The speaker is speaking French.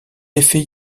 effet